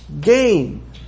gain